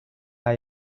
hay